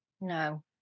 No